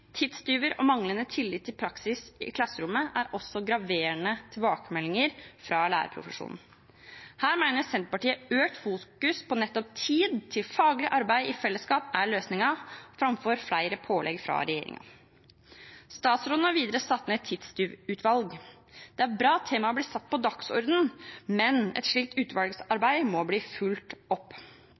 tidstyver og manglende tillit til praksis i klasserommet er også graverende tilbakemeldinger fra lærerprofesjonen. Her mener Senterpartiet økt fokusering på nettopp tid til faglig arbeid i fellesskap er løsningen, framfor flere pålegg fra regjeringen. Statsråden har videre satt ned et tidstyvutvalg. Det er bra temaet blir satt på dagsordenen, men et slikt utvalgsarbeid må bli fulgt opp.